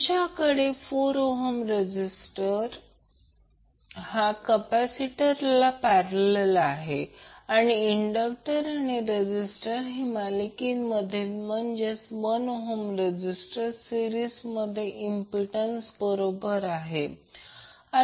तुमच्याकडे 4 ohm resistance हा capacitor parallel आहे आणि इंडक्टर आणि रेझीस्टंस हे मालिकांमध्ये म्हणजेच 1 ohm रेझीस्टंस सिरिसमध्ये इम्पिडंस बरोबर आहे